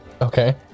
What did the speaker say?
Okay